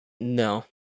No